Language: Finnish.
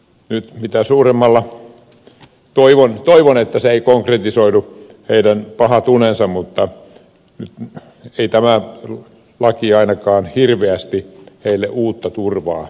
eli mitä suuremmalla tuo esitetty heidän pahat unensa ei konkretisoidu mutta ei tämä laki ainakaan hirveästi heille uutta turvaa tuo